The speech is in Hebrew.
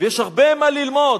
ויש הרבה מה ללמוד,